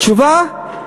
תשובה: